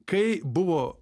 kai buvo